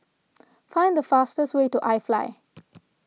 find the fastest way to IFly